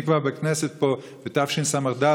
אני בכנסת פה כבר בתשס"ד,